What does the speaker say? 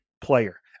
player